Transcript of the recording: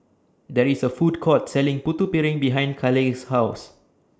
There IS A Food Court Selling Putu Piring behind Kaleigh's House